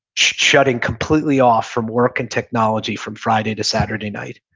shutting completely off from work and technology from friday to saturday night,